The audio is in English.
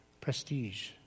prestige